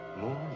More